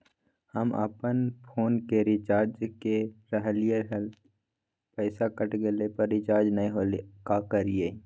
हम अपन फोन के रिचार्ज के रहलिय हल, पैसा कट गेलई, पर रिचार्ज नई होलई, का करियई?